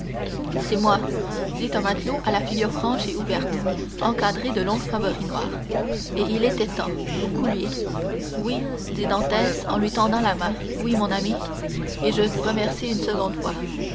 c'est moi dit un matelot à la figure franche et ouverte encadrée de longs favoris noirs et il était temps vous couliez oui dit dantès en lui tendant la main oui mon ami et je vous remercie une seconde fois